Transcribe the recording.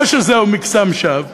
שזהו מקסם שווא,